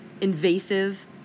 Invasive